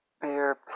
bare